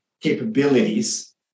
capabilities